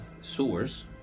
sewers